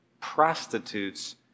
prostitutes